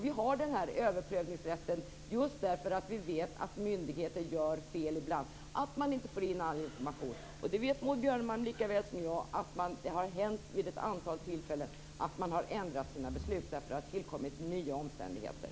Vi har den här överprövningsrätten just därför att vi vet att myndigheter gör fel ibland och att man inte får in all information. Maud Björnemalm vet lika väl som jag att det vid ett antal tillfällen har hänt att man har ändrat sina beslut då det har tillkommit nya omständigheter.